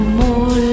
more